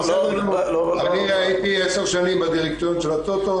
אני הייתי עשר שנים בדירקטוריון של הטוטו,